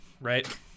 right